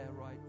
right